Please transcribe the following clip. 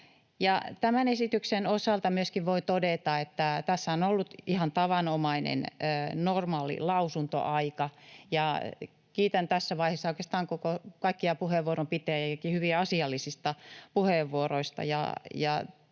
Tämän esityksen osalta myöskin voi todeta, että tässä on ollut ihan tavanomainen, normaali lausuntoaika. Kiitän tässä vaiheessa oikeastaan kaikkia puheenvuoron pitäjiä hyvin asiallisista puheenvuoroista